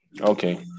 Okay